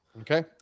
Okay